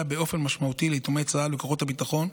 באופן משמעותי ליתומי צה"ל וכוחות הביטחון,